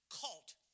Cult